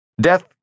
Death